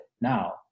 now